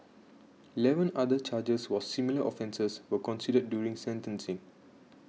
eleven other charges for similar offences were considered during sentencing